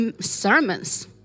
sermons